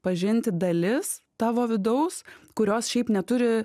pažinti dalis tavo vidaus kurios šiaip neturi